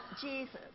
Jesus